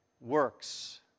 works